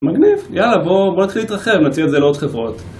מגניב, יאללה בוא נתחיל להתרחב, נציג את זה לעוד חברות